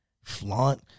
Flaunt